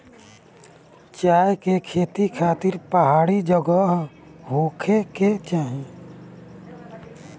चाय के खेती खातिर पहाड़ी जगह होखे के चाही